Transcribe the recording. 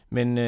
Men